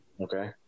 Okay